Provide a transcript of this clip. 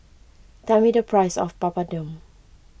tell me the price of Papadum